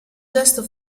gesto